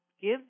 give